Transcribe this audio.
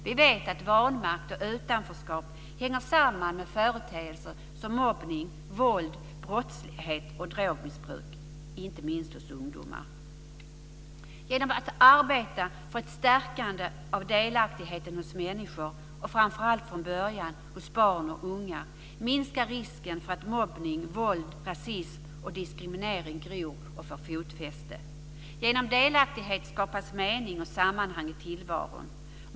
Vi vet att vanmakt och utanförskap hänger samman med företeelser som mobbning, våld, brottslighet och drogmissbruk - inte minst hos ungdomar. Genom att arbeta för ett stärkande av delaktigheten hos människor, och framför allt från början hos barn och unga, minskar risken för att mobbning, våld, rasism och diskriminering gror och får fotfäste. Genom delaktighet skapas mening och sammanhang i tillvaron.